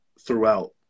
throughout